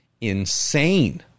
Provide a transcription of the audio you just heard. insane